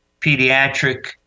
pediatric